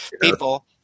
people